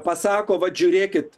pasako vat žiūrėkit